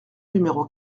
numéro